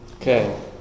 Okay